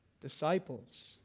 disciples